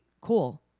Cool